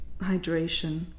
Hydration